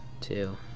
Two